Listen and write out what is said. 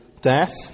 death